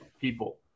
people